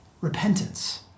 Repentance